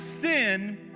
sin